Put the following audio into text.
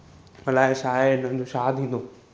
अलाए छाहे हिननि जो छा थींदो